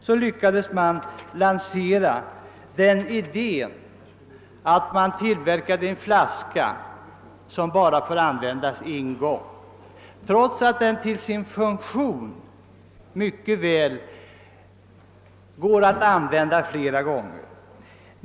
Man lyckades lansera idén med en flaska som bara fick användas en gång, trots att den till sin funktion mycket väl kunde användas flera gånger.